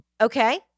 Okay